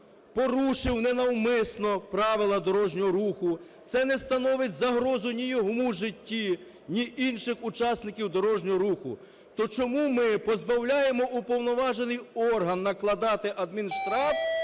порушив ненавмисно правила дорожнього руху, це не становить загрозу ні його життю, ні інших учасників дорожнього руху, то чому ми позбавляємо уповноважений орган накладати адмінштраф